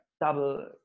double